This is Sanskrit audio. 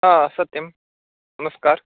सत्यं नमस्कारः